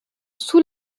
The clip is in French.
sous